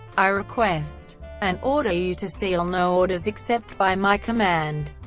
i request and order you to seal no orders except by my command.